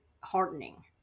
heartening